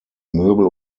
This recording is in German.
möbel